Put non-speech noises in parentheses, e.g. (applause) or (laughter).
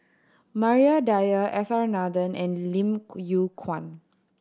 Maria Dyer S R Nathan and Lim (unintelligible) Yew Kuan